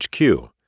HQ